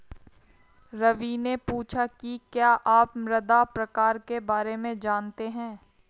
रवि ने पूछा कि क्या आप मृदा प्रकार के बारे में जानते है?